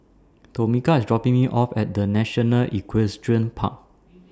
Tomika IS dropping Me off At The National Equestrian Park